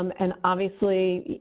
um and obviously,